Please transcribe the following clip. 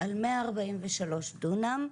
על 143 דונם,